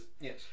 yes